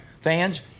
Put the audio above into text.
fans